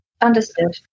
Understood